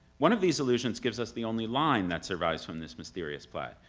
one of these allusions gives us the only line that survives from this mysterious play.